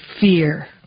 fear